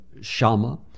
Shama